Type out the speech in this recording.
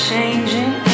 changing